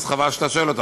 אז חבל שאתה שואל עליה.